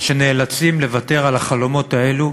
שנאלצים לוותר על החלומות האלו